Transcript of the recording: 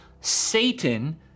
Satan